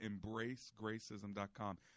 EmbraceGracism.com